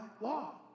law